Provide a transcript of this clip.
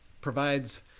provides